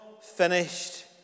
finished